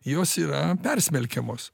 jos yra persmelkiamos